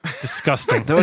Disgusting